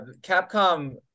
capcom